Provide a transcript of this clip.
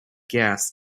gas